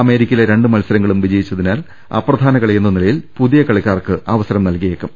America യിലെ രണ്ടു മത്സരങ്ങളും ജയിച്ചതിനാൽ അപ്രധാന കളിയെന്ന നില യിൽ പുതിയ കളിക്കാർക്ക് അവസരം നൽകിയേക്കും